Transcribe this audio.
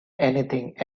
anything